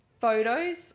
photos